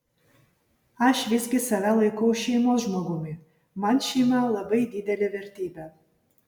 aš visgi save laikau šeimos žmogumi man šeima labai didelė vertybė